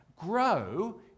grow